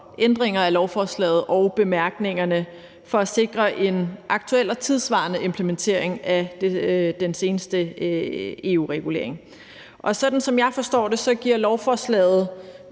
ændringer af lovforslaget og bemærkningerne for at sikre en aktuel og tidssvarende implementering af den seneste EU-regulering. Sådan som jeg forstår det, giver lovforslaget